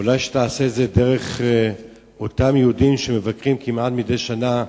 אולי תעשה את זה דרך אותם יהודים שמבקרים כמעט מדי שנה,